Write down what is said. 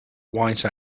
white